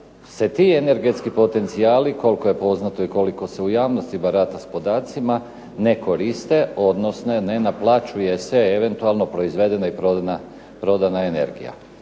se ti energetski potencijali, koliko je poznato i koliko se u javnosti barata s podacima ne koriste, odnosno ne naplaćuje se eventualno proizvedena i prodana energija.